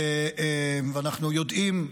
אנחנו יודעים,